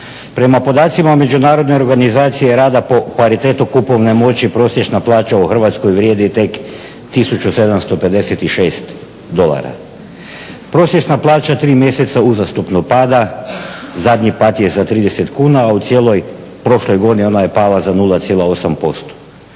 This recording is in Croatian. Prema podacima Međunarodne organizacije rada po paritetu kupovne moći prosječna plaća u Hrvatskoj vrijedi tek 1756 dolara. Prosječna plaća 3 mjeseca uzastopno pada. Zadnji pad je za 30 kuna, a u cijeloj prošloj godini ona je pala za 0,8%.